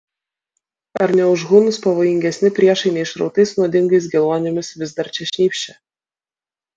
ar ne už hunus pavojingesni priešai neišrautais nuodingais geluonimis vis dar čia šnypščia